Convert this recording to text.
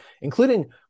including